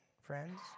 friends